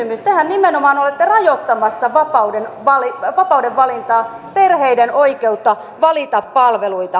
tehän nimenomaan olette rajoittamassa vapaudenvalintaa perheiden oikeutta valita palveluita